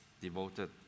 devoted